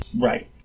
Right